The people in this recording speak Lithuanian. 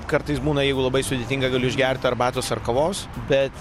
kartais būna jeigu labai sudėtinga galiu išgert arbatos ar kavos bet